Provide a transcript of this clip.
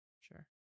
Sure